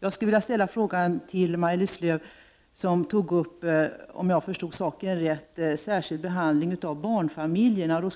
Jag vill ställa en fråga till Maj-Lis Lööw när det gäller särskild behandling av barnfamiljerna.